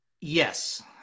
Yes